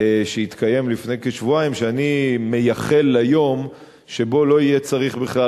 שהתקיים לפני כשבועיים שאני מייחל ליום שבו לא יהיה צריך בכלל,